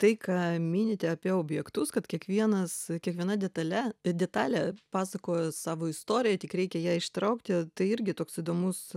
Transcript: tai ką minite apie objektus kad kiekvienas kiekviena detale detalė pasakoja savo istoriją tik reikia ją ištraukti tai irgi toks įdomus